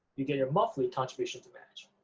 you get your monthly contribution to match,